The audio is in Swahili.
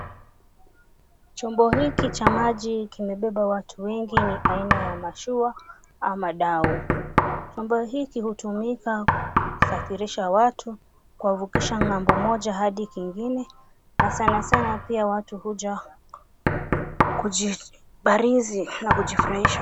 Chombo hiki cha maji kimebeba watu wengi ni aina ya mashua ama dau. Chombo hiki hutumika kusafirisha watu kuwavukisha ng'ambo moja hadi kingine, na sana sana pia watu huja kujibarizi na kujifurahisha.